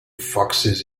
foxes